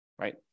right